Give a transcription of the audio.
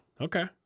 Okay